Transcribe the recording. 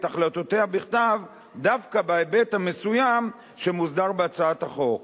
החלטותיה בכתב דווקא בהיבט המסוים שמוסדר בהצעת החוק.